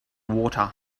water